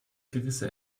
gewisse